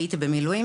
הייתי במילואים.